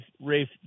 Rafe